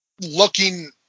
looking